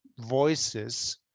voices